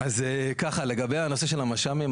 לגבי נושא המש"מים,